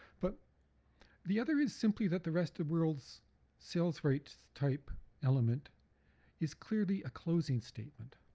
but the other is simply that the rest of world's sales rights type element is clearly a closing statement.